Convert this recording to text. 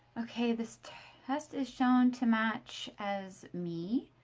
okay, this test is shown to match as me.